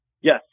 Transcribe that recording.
Yes